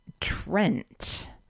Trent